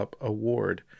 award